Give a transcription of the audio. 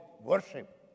worship